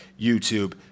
YouTube